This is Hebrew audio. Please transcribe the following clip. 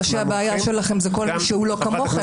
הבעיה היא שכל שמה שהוא לא כמוכם,